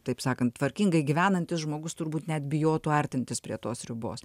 taip sakant tvarkingai gyvenantis žmogus turbūt net bijotų artintis prie tos ribos